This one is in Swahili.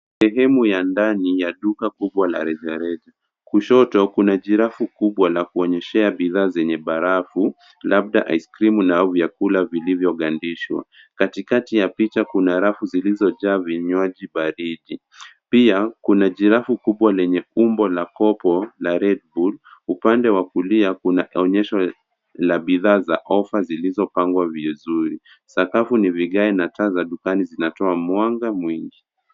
Sehemu ya ndani ya duka kubwa la rejareja. Kushoto kuna jirafu kubwa la kuonyeshana bidhaa zenye barafu labda icecream au chakula vilivyogandishwa. Katikati ya picha kuna rafu zilizojaa vinywaji baridi. Pia kuna jirafu kubwa lenye umbo la kopo la Redbull , upande wa kulia kuna onyesho la bidhaa za offer zilizopangwa vizuri. Sakafu ni vigae na taa za dukani zinatoa mwanga mwingi.